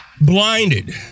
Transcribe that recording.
blinded